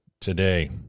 today